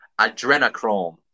adrenochrome